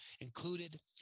included